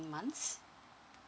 months